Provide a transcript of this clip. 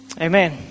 Amen